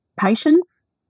patients